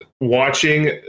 watching